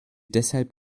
deshalb